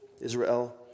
Israel